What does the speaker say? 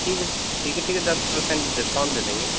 ठीक है ठीक है दस पर्सेंट डिस्काउंट दे देंगे